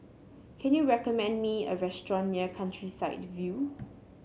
can you recommend me a restaurant near Countryside View